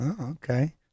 Okay